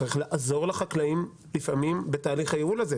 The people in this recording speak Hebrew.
צריך לעזור לחקלאים לפעמים בתהליך הייעול הזה,